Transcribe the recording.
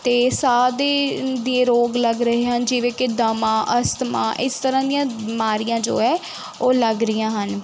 ਅਤੇ ਸਾਹ ਦੇ ਦੇ ਰੋਗ ਲੱਗ ਰਹੇ ਹਨ ਜਿਵੇਂ ਕਿ ਦਮਾ ਅਸਥਮਾ ਇਸ ਤਰ੍ਹਾਂ ਦੀਆਂ ਬਿਮਾਰੀਆਂ ਜੋ ਹੈ ਉਹ ਲੱਗ ਰਹੀਆਂ ਹਨ